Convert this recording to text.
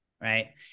right